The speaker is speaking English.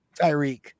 Tyreek